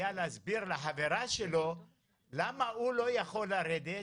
להסביר לחברה שלו למה הוא לא יכול לרדת,